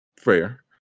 Fair